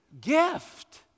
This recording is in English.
gift